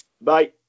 bye